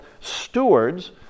stewards